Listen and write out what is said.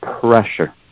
pressure